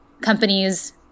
companies